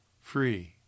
free